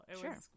Sure